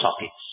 sockets